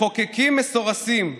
מחוקקים מסורסים,